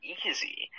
easy